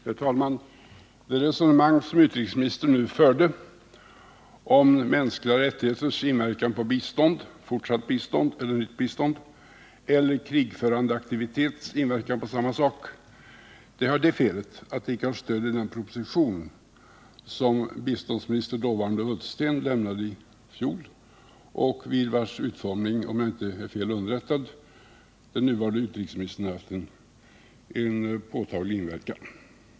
Herr talman! Det resonemang som utrikesministern nu förde om mänskliga rättigheters inverkan på fortsatt eller nytt bistånd och krigsföringsaktiviteters inverkan på samma sak har det felet att det icke har stöd i den proposition som den dåvarande biståndsministern Ullsten lämnade i fjol och på vars utformning, om jag inte är fel underrättad, den nuvarande utrikesministern hade en påtaglig inverkan.